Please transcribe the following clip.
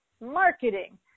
marketing